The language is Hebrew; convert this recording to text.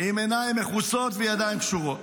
עיניים מכוסות וידיים קשורות.